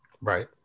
Right